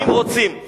גם לא לייעוץ מס.